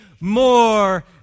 more